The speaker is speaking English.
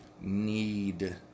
need